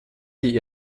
die